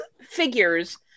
figures